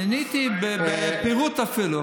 עניתי בפירוט, אפילו.